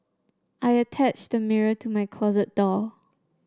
I attached a mirror to my closet door